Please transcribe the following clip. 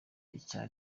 icya